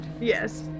Yes